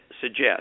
suggest